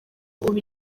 ubu